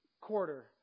quarter